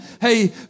Hey